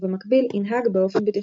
ובמקביל ינהג באופן בטיחותי.